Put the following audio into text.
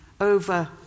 over